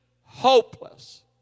hopeless